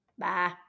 Bye